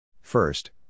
First